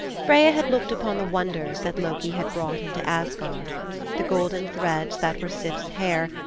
freya had looked upon the wonders that loki had brought into asgard the golden threads that were sif's hair,